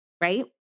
right